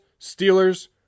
Steelers